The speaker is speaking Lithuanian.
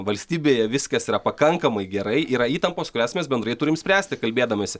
valstybėje viskas yra pakankamai gerai yra įtampos kurias mes bendrai turim spręsti kalbėdamiesi